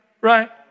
Right